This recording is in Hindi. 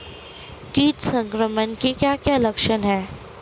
कीट संक्रमण के क्या क्या लक्षण हैं?